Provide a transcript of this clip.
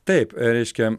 taip reiškia